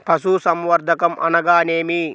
పశుసంవర్ధకం అనగానేమి?